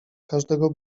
każdego